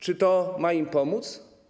Czy to ma im pomóc?